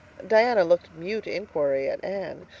diana looked mute inquiry at anne.